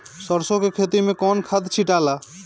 सरसो के खेती मे कौन खाद छिटाला?